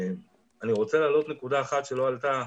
אני רוצה להעלות נקודה אחת שלא עלתה,